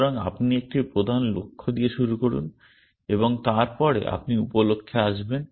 সুতরাং আপনি একটি প্রধান লক্ষ্য দিয়ে শুরু করুন এবং তারপরে আপনি উপলক্ষ্যে আসবেন